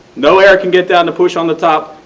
no air can get down to push on the top,